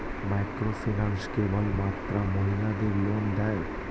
Microfinance কেবলমাত্র মহিলাদের loan দেয়?